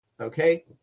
okay